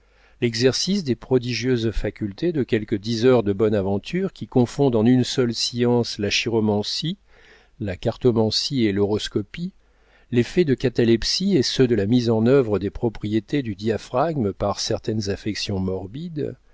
l'exercice des prodigieuses facultés de quelques diseurs de bonne aventure qui confondent en une seule science la chiromancie la cartomancie et l'horoscopie les faits de catalepsie et ceux de la mise en œuvre des propriétés du diaphragme par certaines affections morbides